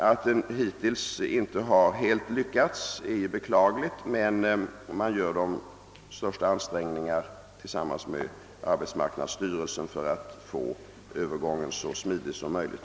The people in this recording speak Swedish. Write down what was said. Att detta hittills inte helt lyckats är beklagligt, men man gör tillsammans med arbetsmarknadsstyrelsen de största ansträngningar för att göra övergången så smidig som möjligt.